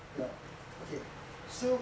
ya okay so